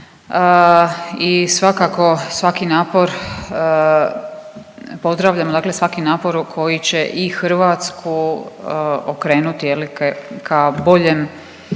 i svakako svaki napor pozdravljam, dakle svaki naporu koji će i Hrvatsku okrenuti je li ka boljem